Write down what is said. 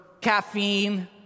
caffeine